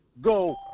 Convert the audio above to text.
go